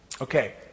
Okay